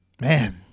Man